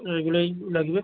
এইগুলোই লাগবে